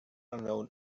unknown